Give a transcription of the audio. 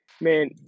Man